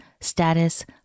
status